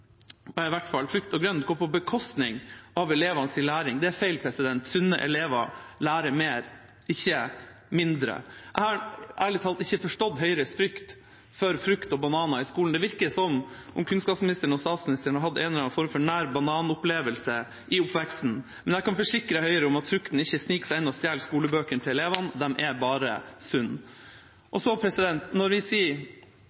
i hvert fall frukt og grønt, går på bekostning av elevenes læring. Det er feil. Sunne elever lærer mer, ikke mindre. Jeg har ærlig talt ikke forstått Høyres frykt for frukt i skolen. Det virker som om kunnskapsministeren og statsministeren har hatt en eller annen form for nær-banan-opplevelse i oppveksten, men jeg kan forsikre Høyre om at frukten ikke sniker seg inn og stjeler skolebøkene til elevene. Den er bare sunn.